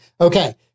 Okay